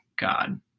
God